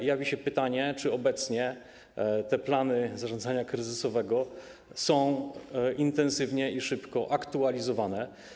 Pojawia się pytanie, czy obecnie te plany zarządzania kryzysowego są intensywnie i szybko aktualizowane.